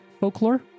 folklore